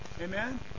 Amen